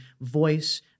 voice